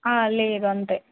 లేదు అంతే